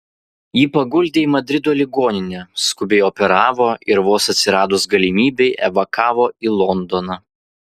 jį paguldė į madrido ligoninę skubiai operavo ir vos atsiradus galimybei evakavo į londoną